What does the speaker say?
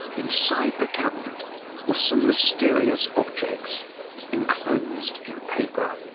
inside the cabinet were some mysterious objects enclosed in paper.